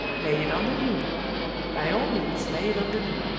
lay it on the view by all means, lay it on the view!